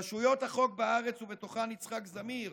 רשויות החוק בארץ, ובתוכן יצחק זמיר,